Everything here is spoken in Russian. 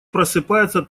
просыпается